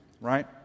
right